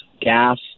gas